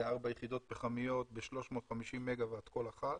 ארבע יחידות פחמיות ב-350 מגוואט כל אחת.